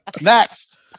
Next